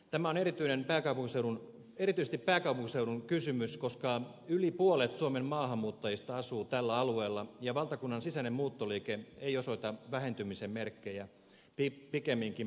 tämä on erityisesti pääkaupunkiseudun kysymys koska yli puolet suomen maahanmuuttajista asuu tällä alueella ja valtakunnan sisäinen muuttoliike ei osoita vähentymisen merkkejä pikemminkin päinvastoin